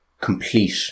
complete